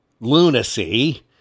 lunacy